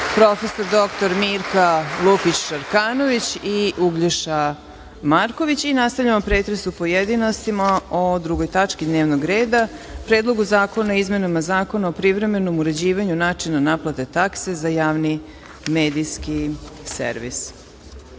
prof. dr Mirka Lukić Šarkanović i Uglješa Marković. Nastavljamo pretres u pojedinostima o 2. tački dnevnog reda – Predlogu zakona o izmenama Zakona o privremenom uređivanju načina naplate takse za javni medijski servis. Na